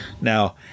Now